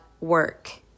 work